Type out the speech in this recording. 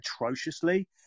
atrociously